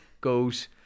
goes